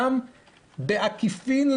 גם בעקיפין,